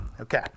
Okay